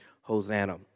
Hosanna